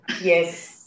Yes